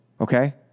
Okay